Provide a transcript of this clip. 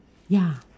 ya